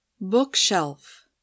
Bookshelf